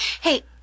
Hey